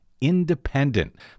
independent